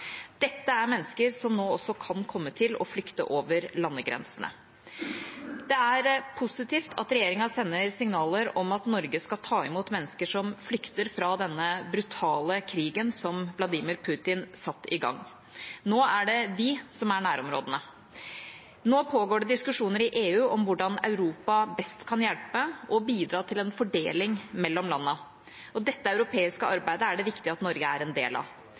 Dette er mennesker som nå også kan komme til å flykte over landegrensene. Det er positivt at regjeringa sender signaler om at Norge skal ta imot mennesker som flykter fra denne brutale krigen som Vladimir Putin satte i gang. Nå er det vi som er nærområdene. Nå pågår det diskusjoner i EU om hvordan Europa best kan hjelpe og bidra til en fordeling mellom landene. Dette europeiske arbeidet er det viktig at Norge er en del av.